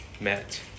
met